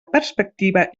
perspectiva